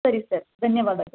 ಸರಿ ಸರ್ ಧನ್ಯವಾದಗಳು